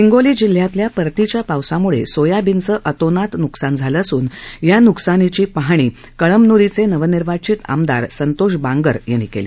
हिंगोली जिल्ह्यातल्या परतीच्या पावसामुळे सोयाबीनचं अतोनात न्कसान झालं असून या न्कसानाची पाहणी कळमन्रीचे नवनिर्वाचित आमदार संतोष बांगर यांनी केली